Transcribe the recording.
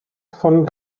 von